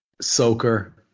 soaker